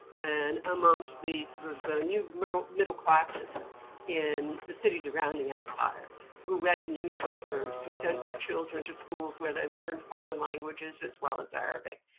and amongst these new middle middle classes in the cities around the empire who read newspapers, who sent their children to schools where they learned foreign languages, as well as arabic.